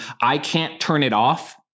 I-can't-turn-it-off